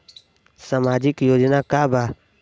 सामाजिक योजना का बा?